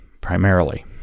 primarily